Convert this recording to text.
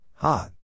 Hot